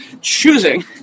choosing